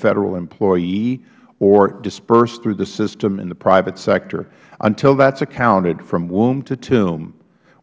federal employee or disbursed through the system in the private sector until that is accounted from womb to tomb